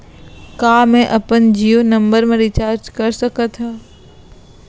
का मैं अपन जीयो नंबर म रिचार्ज कर सकथव?